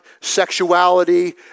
sexuality